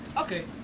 Okay